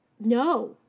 No